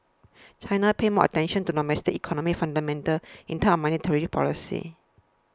China pays more attention to domestic economic fundamentals in terms of monetary policy